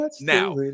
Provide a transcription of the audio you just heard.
now